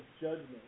judgment